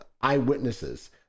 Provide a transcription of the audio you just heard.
eyewitnesses